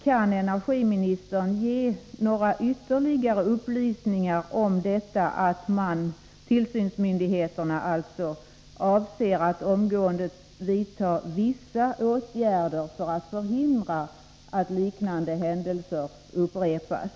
Kan energiministern ge några ytterligare upplysningar om vad det innebär att tillsynsmyndigheterna avser att omgående ”vidta vissa åtgärder för att förhindra att liknande händelser upprepas”?